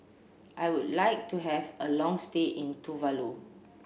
I would like to have a long stay in Tuvalu